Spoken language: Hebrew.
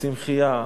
והצמחייה,